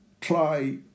try